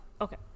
Okay